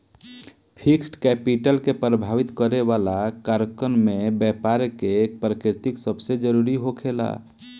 fixed capital के प्रभावित करे वाला कारकन में बैपार के प्रकृति सबसे जरूरी होखेला